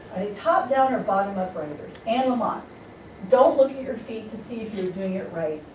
top-down or bottom-up writers. ann lamott don't look at your feet to see if you're doing it right,